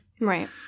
Right